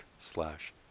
slash